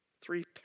Three